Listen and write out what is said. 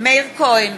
מאיר כהן,